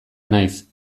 naiz